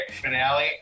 finale